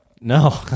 No